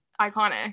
iconic